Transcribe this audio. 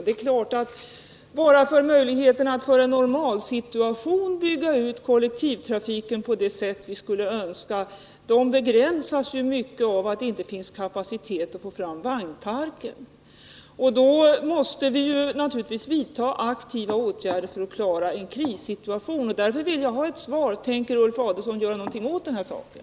Givetvis är det så att redan möjligheterna att för en normalsituation bygga ut kollektivtrafiken på det sätt som vi skulle önska begränsas mycket av att det inte finns kapacitet att få fram en vagnpark. Därför måste vi naturligtvis vidta aktiva åtgärder för att klara en krissituation. Jag vill alltså ha ett svar: Tänker Ulf Adelsohn göra någonting åt den här saken?